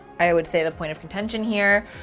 i would say the point of contention here.